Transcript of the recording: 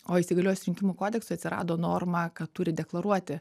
o įsigaliojus rinkimų kodeksui atsirado norma kad turi deklaruoti